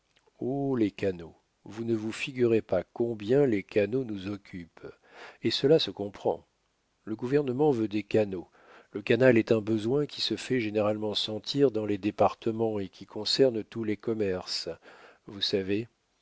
les canaux vous ne vous figurez pas combien les canaux nous occupent et cela se comprend le gouvernement veut des canaux le canal est un besoin qui se fait généralement sentir dans les départements et qui concerne tous les commerces vous savez